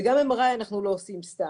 וגם MRI אנחנו לא עושים סתם.